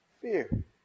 Fear